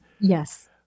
yes